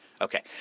Okay